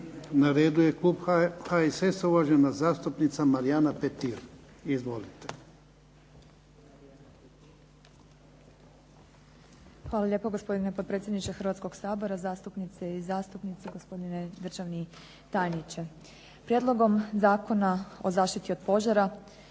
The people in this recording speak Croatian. Na redu je klub HSS-a, uvažena zastupnica Marijana Petir. Izvolite. **Petir, Marijana (HSS)** Hvala lijepo gospodine potpredsjedniče Hrvatskog sabora, zastupnice i zastupnici, gospodine državni tajniče. Prijedlogom Zakona o zaštiti od požara